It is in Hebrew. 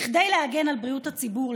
כדי להגן על בריאות הציבור,